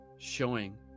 showing